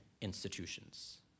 institutions